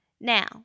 Now